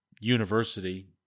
university